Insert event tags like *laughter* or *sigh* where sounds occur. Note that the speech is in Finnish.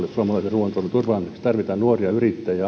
ruuantuotannon turvaamiseksi tarvitaan nuoria yrittäjiä *unintelligible*